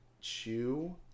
chew